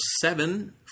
seven